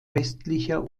westlicher